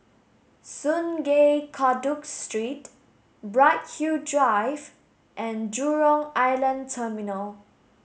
Sungei Kadut Street Bright Hill Drive and Jurong Island Terminal